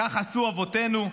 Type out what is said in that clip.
כך עשו אבותינו.